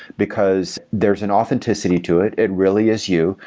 because there's an authenticity to it. it really is you.